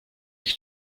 ich